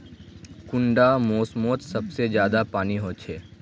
कुंडा मोसमोत सबसे ज्यादा पानी होचे?